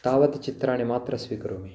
तावत् चित्राणि मात्र स्वीकरोमि